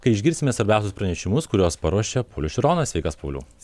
kai išgirsime svarbiausius pranešimus kuriuos paruošė paulius šironas sveikas pauliau